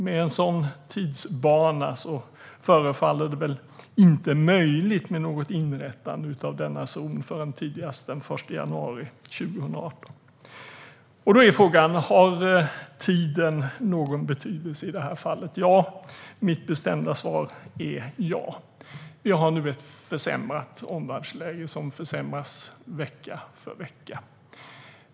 Med en sådan tidsplan förefaller det inte möjligt med ett inrättande av denna zon förrän tidigast den 1 januari 2018. Då är frågan: Har tiden någon betydelse i det här fallet? Mitt bestämda svar är ja. Vi har nu ett försämrat omvärldsläge som försämras vecka för vecka.